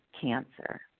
cancer